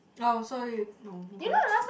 oh so you no okay